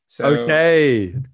Okay